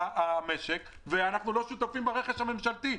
המשק אבל אנחנו לא שותפים ברכש הממשלתי.